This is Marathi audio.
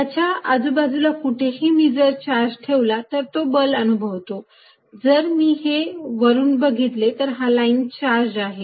याच्या आजूबाजूला कुठेही मी जर चार्ज ठेवला तर तो बल अनुभवतो जर मी हे वरुन बघितले तर हा लाईन चार्ज आहे